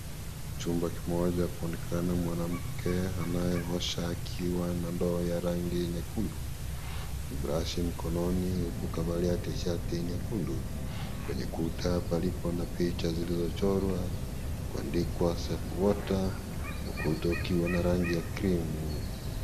Chumba kimoja kuonekana mwanamke anayeosha akiwa na ndoo ya rangi nyekundu. Brashi mkononi huku kavalia tishati nyekundu. Kwenye kuta palipo na picha zilizochorwa, kuandikwa safe water , ukuta ukiwa na rangi ya krimu.